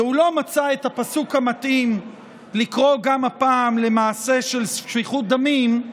כי הוא לא מצא את הפסוק המתאים לקרוא גם הפעם למעשה של שפיכות דמים,